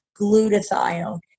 glutathione